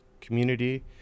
community